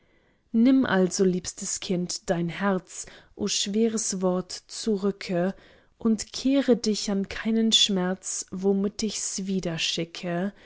nimm also liebstes kind dein herz o schweres wort zurücke und kehre dich an keinen schmerz womit ich's wiederschicke